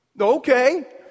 Okay